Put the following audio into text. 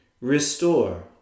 Restore